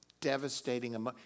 devastating